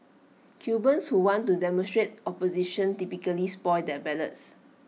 cubans who want to demonstrate opposition typically spoil their ballots